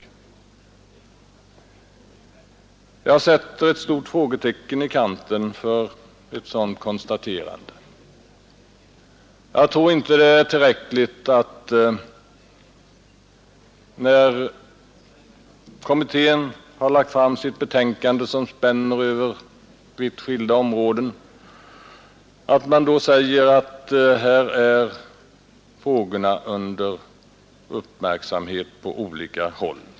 Jag sätter ett stort frågetecken i kanten för ett sådant konstaterande. Jag tror inte att det är tillräckligt att man när kommittén har lagt fram sitt betänkande — som alltså spänner över vitt skilda områden — bara säger att här är frågorna under uppmärksamhet på olika håll.